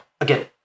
again